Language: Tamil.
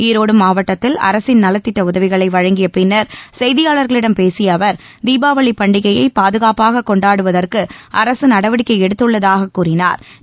ஈரோடு மாவட்டத்தில் அரசின் நலத்திட்ட உதவிகளை வழங்கிய பின்னர் செய்தியாளர்களிடம் பேசிய அவர் தீபாவளி பண்டிகையை பாதுகாப்பாக கொண்டாடுவதற்கு அரசு நடவடிக்கை எடுத்துள்ளதாக கூறினா்